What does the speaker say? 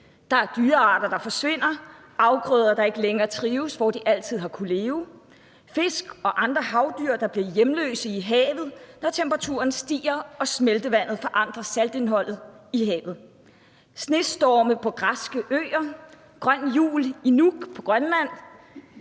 Der er dyrearter, der forsvinder, afgrøder, der ikke længere trives, hvor de altid har kunnet leve, fisk og andre havdyr bliver hjemløse i havet, når temperaturen stiger og smeltevandet forandrer saltindholdet i havet. Snestorme på græske øer, grøn jul i Nuuk på Grønland